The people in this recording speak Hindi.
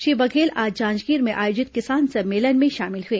श्री बघेल आज जांजगीर में आयोजित किसान सम्मेलन में शामिल हुए